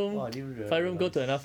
!wah! I didn't real~ realise